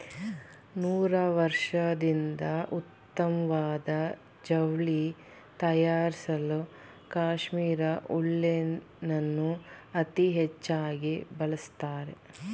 ನೂರಾರ್ವರ್ಷದಿಂದ ಉತ್ತಮ್ವಾದ ಜವ್ಳಿ ತಯಾರ್ಸಲೂ ಕಾಶ್ಮೀರ್ ಉಲ್ಲೆನನ್ನು ಅತೀ ಹೆಚ್ಚಾಗಿ ಬಳಸ್ತಾರೆ